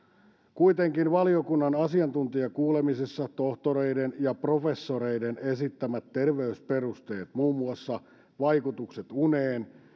kuitenkin valiokunnan asiantuntijakuulemisissa tohtoreiden ja professoreiden esittämät terveysperusteet muun muassa vaikutukset uneen